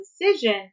decision